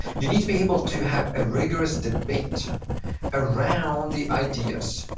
you need to be able to have a rigorous debate around the ideas.